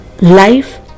Life